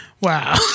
Wow